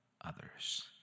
others